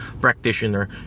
practitioner